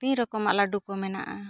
ᱛᱤ ᱨᱚᱠᱚᱢ ᱟᱜ ᱞᱟᱹᱰᱩ ᱠᱚ ᱢᱮᱱᱟᱜ ᱟ